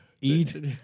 eat